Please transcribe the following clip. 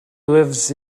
lives